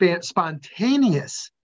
spontaneous